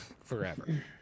forever